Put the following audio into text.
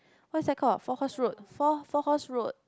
what's that called four horse road four four horse road